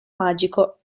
magico